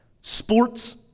Sports